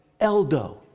Eldo